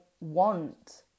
want